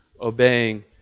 obeying